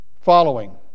following